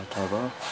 अथवा